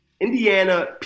Indiana